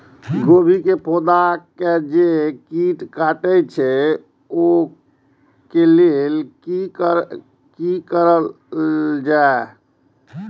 गोभी के पौधा के जे कीट कटे छे वे के लेल की करल जाय?